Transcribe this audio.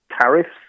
tariffs